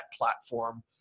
platform